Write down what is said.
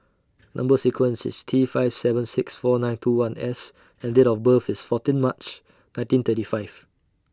Number sequence IS T five seven six four nine two one S and Date of birth IS fourteen March nineteen thirty five